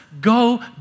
go